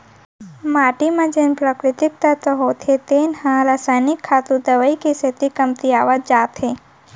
माटी म जेन प्राकृतिक तत्व होथे तेन ह रसायनिक खातू, दवई के सेती कमतियावत जात हे